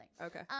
Okay